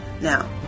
Now